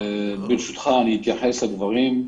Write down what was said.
ברשותך, אני אתייחס לדברים.